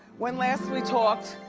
when last we talked,